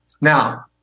Now